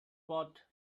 pot